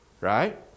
Right